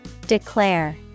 Declare